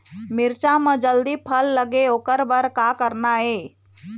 मिरचा म जल्दी फल लगे ओकर बर का करना ये?